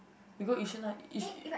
we go Yishun ah Yish~